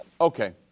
Okay